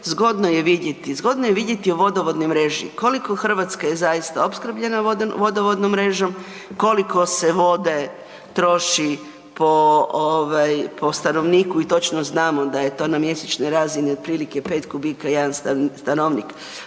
zgodno je vidjeti u vodovodnoj mreži, koliko Hrvatska je zaista opskrbljena vodom, vodovodnom mrežom, koliko se vode troši po stanovniku i točno znamo da je to na mjesečnoj razini otprilike 4 kubika jedan stanovnik